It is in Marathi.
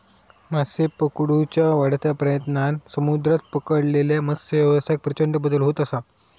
मासे पकडुच्या वाढत्या प्रयत्नांन समुद्रात पकडलेल्या मत्सव्यवसायात प्रचंड बदल होत असा